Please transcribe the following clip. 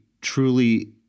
truly